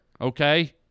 Okay